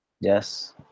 yes